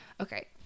okay